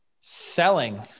Selling